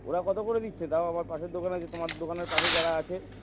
ওরা কতো করে দিচ্ছে তাও আমার পাশের দোকানে যে তোমার দোকানের পাশে যারা আছে